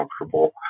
comfortable